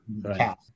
Right